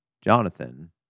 Jonathan